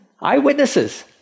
eyewitnesses